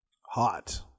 Hot